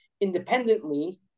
independently